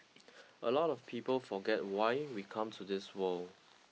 a lot of people forget why we come to this world